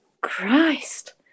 Christ